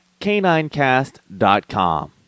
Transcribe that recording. caninecast.com